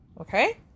Okay